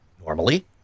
Normally